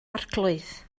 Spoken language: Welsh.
arglwydd